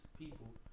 people